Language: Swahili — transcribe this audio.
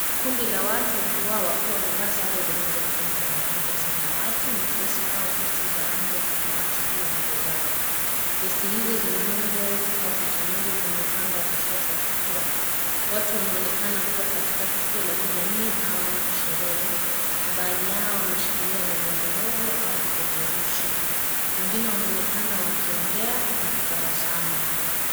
Kundi la watu wengi wao wakiwa wamevaa sare zinazo fanana za rangi ya samawati nyepesi au vesti za rangi ya samawati juu ya nguo zao. Vesti hizo zina nembo au picha ndogo kwenye upande wa kushoto wa kifua. Watu wanaonenakana kuwa katika tukio la kijamii au sherehe na baadhi yao wameshikilia bendera ndogo au vipeperushi. Wengine wanaonenakana wakiongea na ku tabasamu.